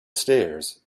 stairs